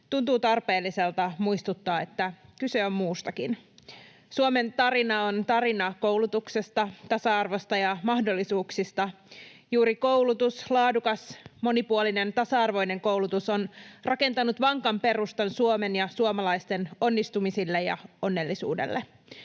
tuntuu tarpeelliselta muistuttaa, että kyse on muustakin. Suomen tarina on tarina koulutuksesta, tasa-arvosta ja mahdollisuuksista. Juuri koulutus, laadukas, monipuolinen, tasa-arvoinen koulutus on rakentanut vankan perustan Suomen ja suomalaisten onnistumisille ja onnellisuudelle.